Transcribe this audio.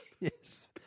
Yes